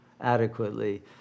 adequately